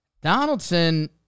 Donaldson